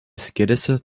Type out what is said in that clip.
skiriasi